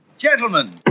Gentlemen